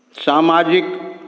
सामाजिक